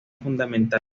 fundamental